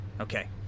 Okay